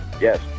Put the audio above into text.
yes